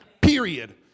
period